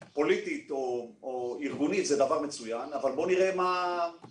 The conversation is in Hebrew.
פוליטית או ארגונית זה דבר מצוין אבל בואו נראה מה עושה